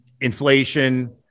Inflation